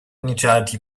neutrality